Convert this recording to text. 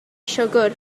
siwgr